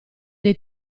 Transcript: dei